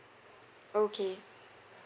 okay